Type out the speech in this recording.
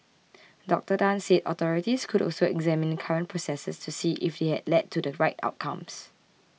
Doctor Tan said authorities could also examine the current processes to see if they had led to the right outcomes